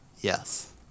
yes